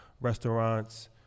Restaurants